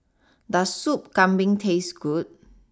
does Soup Kambing taste good